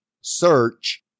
search